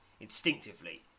Instinctively